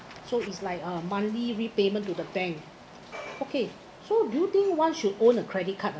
so is like a monthly repayment to the bank okay so do you think one should own a credit card ah